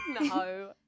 No